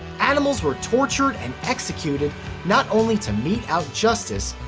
animals were tortured and executed not only to mete out justice,